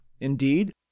Indeed